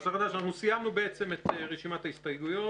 אנחנו סיימנו בעצם את רשימת ההסתייגויות.